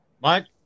Mike